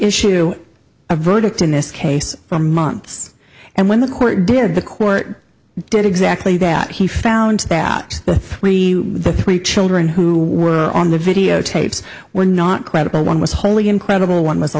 issue a verdict in this case for months and when the court did the court did exactly that he found that we the three children who were on the videotapes were not credible one was wholly incredible one was a